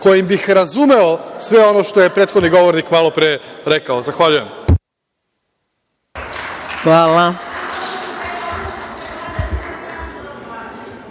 kojim bih razumeo sve ovo što je prethodni govornik malopre rekao. Zahvaljujem. **Maja